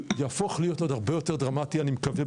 יהפוך להיות לעוד הרבה יותר דרמטי אני מקווה,